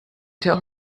tell